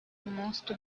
most